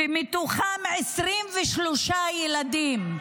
מתוכם 23 ילדים.